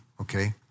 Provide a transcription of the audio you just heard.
okay